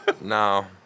No